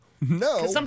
No